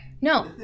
No